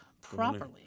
properly